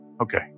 Okay